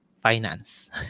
finance